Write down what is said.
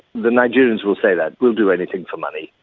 the nigerians will say that we'll do anything for money.